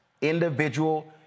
individual